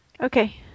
Okay